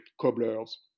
cobblers